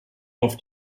auf